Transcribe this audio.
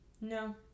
No